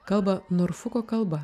kalba norfuko kalba